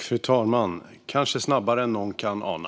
Fru talman! Kanske snabbare än någon kan ana.